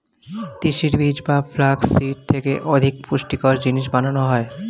তিসির বীজ বা ফ্লাক্স সিড থেকে অধিক পুষ্টিকর জিনিস বানানো হয়